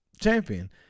champion